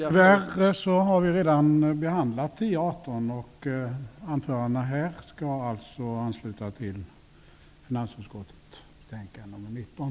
Tyvärr har vi redan behandlat FiU18 och anförandena här skall alltså ansluta till finansutskottets betänkande nr 19.